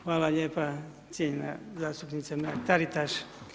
Hvala lijepa cijenjena zastupnice Mrak-Taritaš.